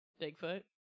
Bigfoot